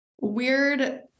weird